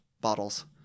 bottles